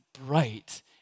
bright